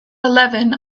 eleven